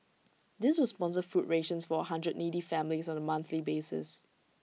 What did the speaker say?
this will sponsor food rations for A hundred needy families on A monthly basis